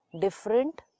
different